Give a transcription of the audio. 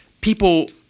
people